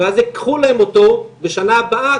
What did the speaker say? ואז יקחו להן אותו בשנה הבאה,